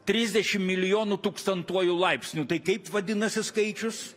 trisdešim milijonų tūkstantuoju laipsniu tai kaip vadinasi skaičius